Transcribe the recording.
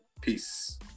peace